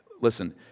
Listen